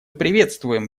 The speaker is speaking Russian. приветствуем